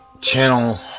channel